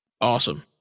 awesome